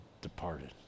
departed